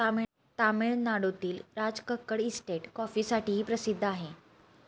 तामिळनाडूतील राजकक्कड इस्टेट कॉफीसाठीही प्रसिद्ध आहे